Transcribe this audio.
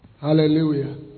Hallelujah